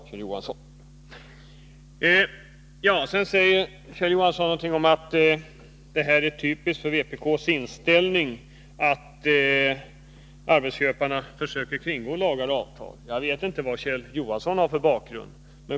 Kjell Johansson säger att det är typiskt för vpk:s inställning att säga att arbetsköparna försöker kringgå lagar och avtal. Jag vet inte vad Kjell Johansson har för bakgrund.